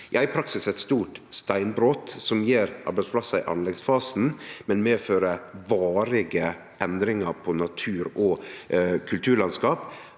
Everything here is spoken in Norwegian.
snakkar om eit stort steinbrot som gjev arbeidsplassar i anleggsfasen, men medfører varige endringar på natur- og kulturlandskap